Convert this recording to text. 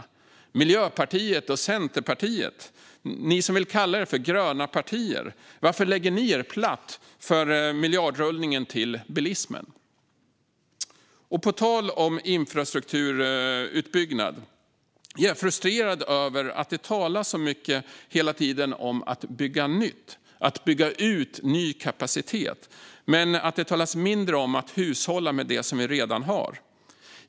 Varför lägger ni i Miljöpartiet och Centerpartiet, som vill kalla er för gröna partier, er platt för miljardrullningen till bilismen? På tal om infrastrukturutbyggnad är jag frustrerad över att det hela tiden talas så mycket om att bygga nytt och om att bygga ut kapaciteten men mindre om att hushålla med det vi redan har.